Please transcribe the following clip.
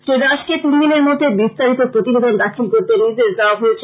শ্রীদাসকে তিনদিনের মধ্যে বিস্তারিত প্রতিবেদন দাখিল করতে নির্দেশ দেওয়া হয়েছে